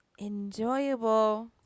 enjoyable